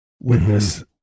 witness